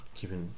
keeping